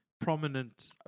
prominent